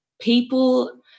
people